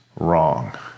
wrong